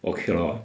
okay lor